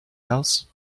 house